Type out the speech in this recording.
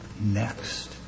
next